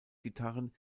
gitarren